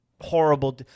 horrible